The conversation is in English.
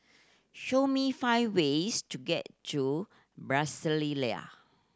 show me five ways to get to Brasilia